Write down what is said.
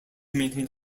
maintains